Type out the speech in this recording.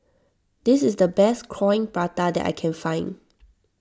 this is the best Coin Prata that I can find